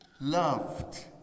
loved